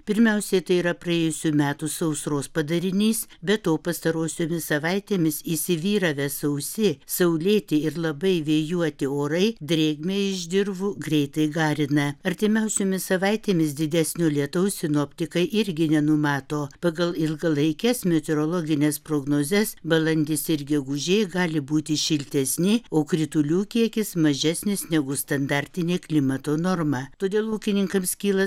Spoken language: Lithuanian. pirmiausiai tai yra praėjusių metų sausros padarinys be to pastarosiomis savaitėmis įsivyravę sausi saulėti ir labai vėjuoti orai drėgmę iš dirvų greitai garina artimiausiomis savaitėmis didesnio lietaus sinoptikai irgi nenumato pagal ilgalaikes meteorologines prognozes balandis ir gegužė gali būti šiltesni o kritulių kiekis mažesnis negu standartinė klimato norma todėl ūkininkams kyla